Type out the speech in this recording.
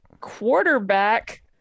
quarterback